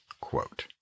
Quote